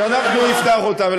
ואנחנו נפתח אותם.